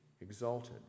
exalted